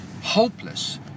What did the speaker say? hopeless